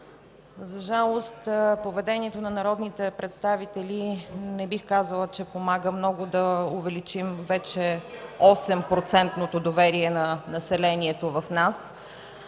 За жалост поведението на народните представители не бих казала, че помага много да увеличим вече 8-процентното доверие на населението в нас.